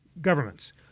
governments